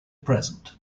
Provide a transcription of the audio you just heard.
present